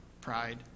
Pride